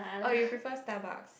or you prefer Starbucks